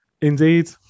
Indeed